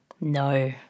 No